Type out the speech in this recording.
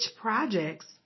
projects